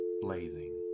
blazing